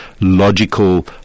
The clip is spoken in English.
logical